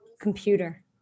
computer